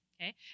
Okay